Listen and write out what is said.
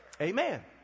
Amen